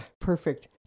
perfect